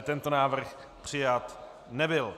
Tento návrh přijat nebyl.